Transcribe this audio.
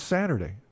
Saturday